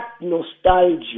nostalgia